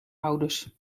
ouders